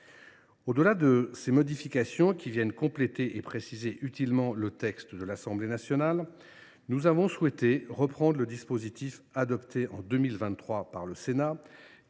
Au delà de ces modifications qui viennent compléter et préciser utilement le texte de l’Assemblée nationale, nous avons souhaité reprendre le dispositif adopté en 2023 par le Sénat,